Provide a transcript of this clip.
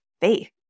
faith